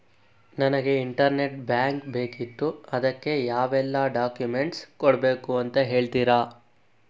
ನನಗೆ internet bank ಬೇಕಿತ್ತು ಅದಕ್ಕೆ ಯಾವೆಲ್ಲಾ ಡಾಕ್ಯುಮೆಂಟ್ಸ್ ಕೊಡ್ಬೇಕು ಅಂತ ಹೇಳ್ತಿರಾ?